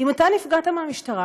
אם אתה נפגעת מהמשטרה,